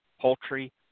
poultry